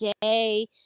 day